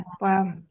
wow